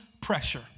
Pressure